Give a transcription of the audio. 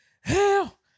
hell